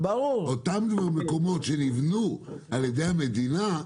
אותם מקומות שנבנו על ידי המדינה,